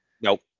Nope